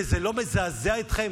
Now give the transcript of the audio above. וזה לא מזעזע אתכם.